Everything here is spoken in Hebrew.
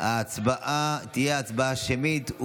תהיה הצבעה שמית.